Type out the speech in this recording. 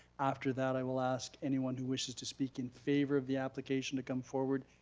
after that i will ask anyone who wishes to speak in favor of the application to come forward.